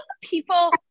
people